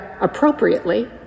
appropriately